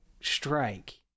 strike